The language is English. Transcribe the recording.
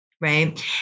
Right